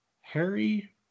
Harry